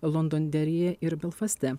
londonderyje ir belfaste